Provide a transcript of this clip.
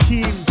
Team